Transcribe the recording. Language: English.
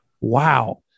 Wow